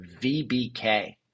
VBK